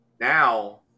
now